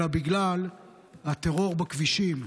אלא בגלל הטרור בכבישים,